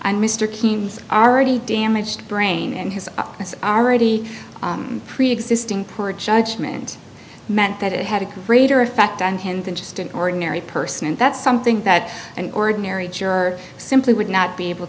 and mr keene's already damaged brain and his eyes are already preexisting per judgment meant that it had a greater effect on him than just an ordinary person and that's something that an ordinary juror simply would not be able